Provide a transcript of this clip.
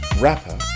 Rapper